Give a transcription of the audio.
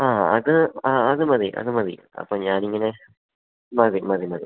ആ അത് ആ അതുമതി അതുമതി അപ്പോള് ഞാനിങ്ങനെ മതി മതി മതി